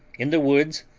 in the woods,